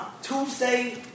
Tuesday